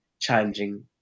challenging